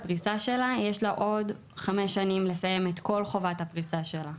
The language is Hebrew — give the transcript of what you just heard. יש לה עוד חמש שנים לסיים את כל חובת הפריסה שלה.